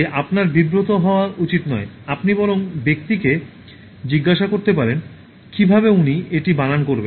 তাই আপনার বিব্রত হওয়া উচিত নয় আপনি বরং ব্যক্তিকে জিজ্ঞাসা করতে পারেন কীভাবে উনি এটি বানান করবেন